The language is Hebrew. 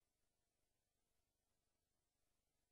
ממשלת ישראל לא הפקירה אף אחד מאזרחיה,